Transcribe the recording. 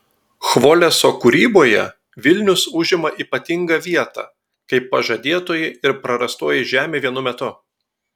chvoleso kūryboje vilnius užima ypatingą vietą kaip pažadėtoji ir prarastoji žemė vienu metu